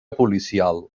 policial